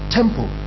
temple